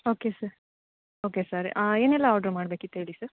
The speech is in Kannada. ಓಕೆ ಸರ್ ಓಕೆ ಸರ್ ಏನೆಲ್ಲ ಆರ್ಡ್ರು ಮಾಡ್ಬೇಕಿತ್ತು ಹೇಳಿ ಸರ್